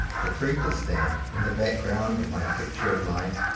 the truth is that, in the background of my picture of life,